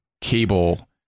cable